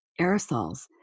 aerosols